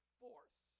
force